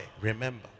remember